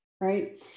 Right